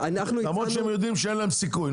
למרות שהם יודעים שאין להם סיכוי,